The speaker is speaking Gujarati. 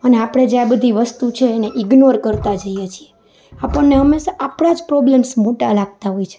અને આપણે જે આ બધી વસ્તુ છે એને ઇગ્નોર કરતાં જઈએ છીએ આપણને હંમેશા આપણા જ પ્રોબ્લમસ મોટા લાગતાં હોય છે